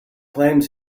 claims